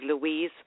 Louise